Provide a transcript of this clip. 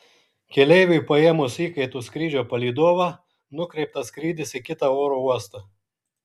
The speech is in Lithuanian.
keleiviui paėmus įkaitu skrydžio palydovą nukreiptas skrydis į kitą oro uostą